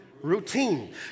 routine